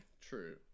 True